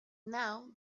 now